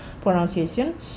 pronunciation